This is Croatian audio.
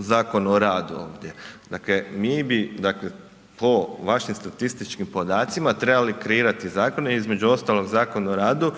Zakon o radu ovdje. Dakle, mi bi po vašim statističkim podacima trebali kreirati zakone između ostalog Zakon o radu